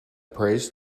prays